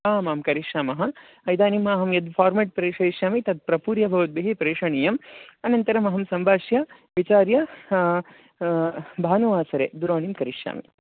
आमां करिष्यामः इदानीमहं यद् फ़ार्मेट् प्रेषयिष्यामि तत् प्रपूर्य भवद्भिः प्रेषणीयम् अनन्तरमहं सम्भाष्य विचार्य भानुवासरे दूरवाणीं करिष्यामि